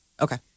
Okay